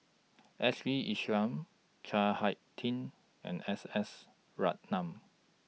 Ashley Isham Chao High Tin and S S Ratnam